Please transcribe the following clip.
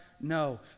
No